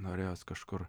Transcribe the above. norėjos kažkur